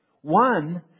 One